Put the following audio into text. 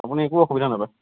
আপুনি একো অসুবিধা নাপায়